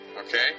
okay